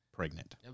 pregnant